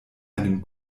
einen